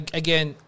again